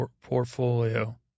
portfolio